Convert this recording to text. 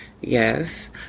Yes